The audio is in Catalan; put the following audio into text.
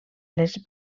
les